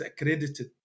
accredited